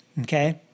okay